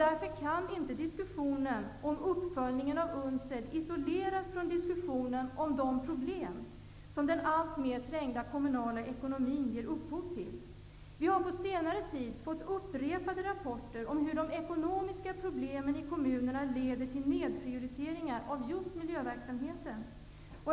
Därför kan diskussionen om uppföljningen av UNCED inte isoleras från diskussionen om de problem som den alltmer trängda kommunala ekonomin ger upphov till. Under senare tid har vi fått upprepade rapporter om hur de ekonomiska problemen i kommunerna leder till nedprioriteringar av just miljöverksamheten.